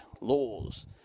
laws